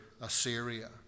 Assyria